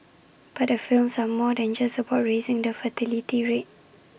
but the films are more than just about raising the fertility rate